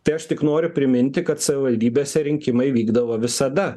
tai aš tik noriu priminti kad savivaldybėse rinkimai vykdavo visada